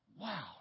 wow